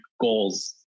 goals